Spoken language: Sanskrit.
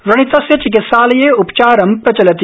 व्रणितस्य चिकित्सालये उपचार प्रचलति